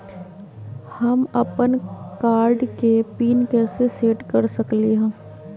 हम अपन कार्ड के पिन कैसे सेट कर सकली ह?